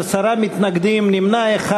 חברי כנסת בעד, 37, יש עשרה מתנגדים ונמנע אחד.